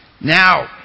Now